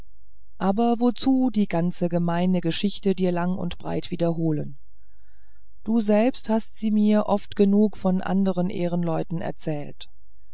aber wozu die ganz gemeine geschichte dir lang und breit wiederholen du selber hast sie mir oft genug von andern ehrenleuten erzählt